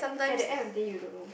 at the end of the day you don't know